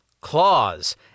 Claws